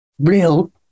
real